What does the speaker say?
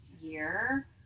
year